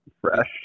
fresh